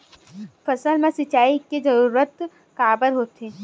फसल मा सिंचाई के जरूरत काबर होथे?